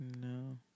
No